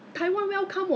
actually I think what I